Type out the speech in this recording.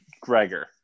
Gregor